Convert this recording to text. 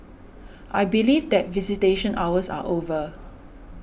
I believe that visitation hours are over